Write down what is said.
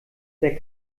der